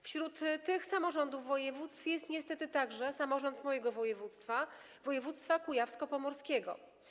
Wśród tych samorządów województw jest niestety także samorząd mojego województwa, województwa kujawsko-pomorskiego.